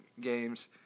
games